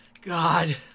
God